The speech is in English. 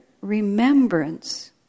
remembrance